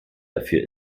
dafür